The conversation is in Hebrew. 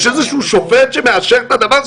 יש איזשהו שופט שמאשר את הדבר הזה,